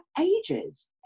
ages